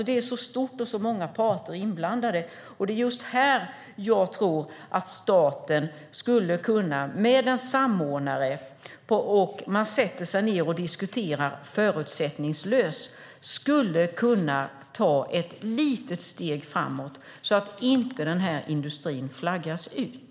Det är stort och många parter inblandade, och det är just här jag tror att staten - med en samordnare - om man sätter sig ned och diskuterar förutsättningslöst skulle kunna ta ett litet steg framåt så att industrin inte flaggas ut.